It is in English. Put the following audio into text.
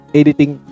editing